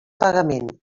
pagament